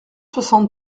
soixante